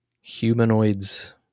humanoids